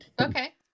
Okay